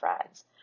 friends